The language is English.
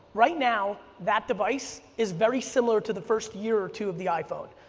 right now, that device is very similar to the first year two of the iphone.